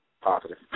positive